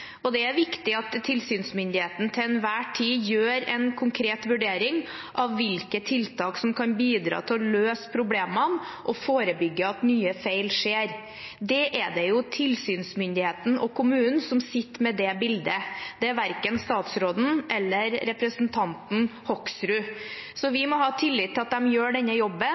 og det er viktig at tilsynsmyndigheten til enhver tid gjør en konkret vurdering av hvilke tiltak som kan bidra til å løse problemene og forebygge at nye feil skjer. Det er tilsynsmyndigheten og kommunen som sitter med det bildet; det er verken statsråden eller representanten Hoksrud. Så vi må ha tillit til at de gjør denne jobben,